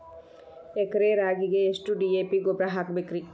ಎಕರೆ ರಾಗಿಗೆ ಎಷ್ಟು ಡಿ.ಎ.ಪಿ ಗೊಬ್ರಾ ಹಾಕಬೇಕ್ರಿ?